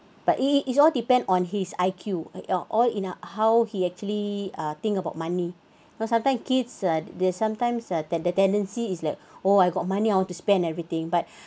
but it is all depend on his I_Q ya all in uh how he actually ah think about money you know sometimes kids ah there's sometimes ah that the tendency is like oh I got money I want to spend everything but